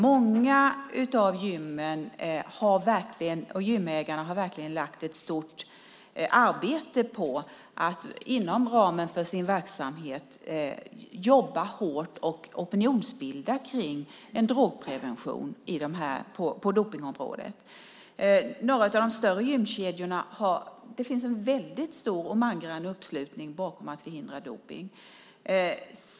Många av gymägarna har verkligen lagt ned ett stort arbete och jobbat hårt på att inom ramen för sin verksamhet opinionsbilda för en drogprevention på dopningsområdet. På några av de större gymkedjorna finns en stor och mangrann uppslutning bakom förhindrandet av dopning.